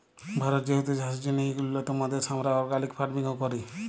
ভারত যেহেতু চাষের জ্যনহে ইক উল্যতম দ্যাশ, আমরা অর্গ্যালিক ফার্মিংও ক্যরি